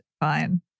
Fine